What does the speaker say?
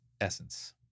essence